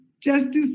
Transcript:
justice